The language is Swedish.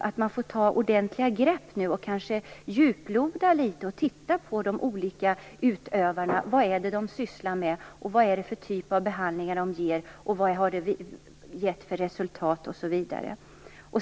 att man får ta ordentliga grepp nu, som socialministern säger, och djuploda litet och titta på vad de olika utövarna sysslar med, vad är det för typ av behandlingar de ger, vad det har gett för resultat osv.